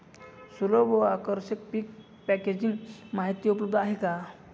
सुलभ व आकर्षक पीक पॅकेजिंग माहिती उपलब्ध आहे का?